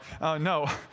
No